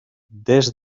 des